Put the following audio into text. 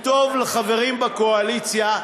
הוא טוב לחברים בקואליציה,